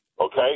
okay